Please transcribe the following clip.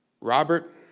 Robert